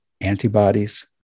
antibodies